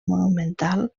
monumental